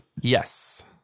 Yes